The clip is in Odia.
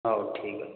ହଉ ଠିକ୍ ଅଛି